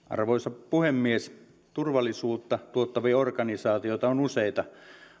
arvoisa puhemies turvallisuutta tuottavia organisaatioita on useita